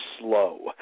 slow